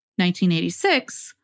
1986